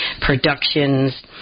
productions